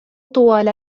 طوال